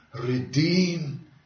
redeem